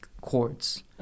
Chords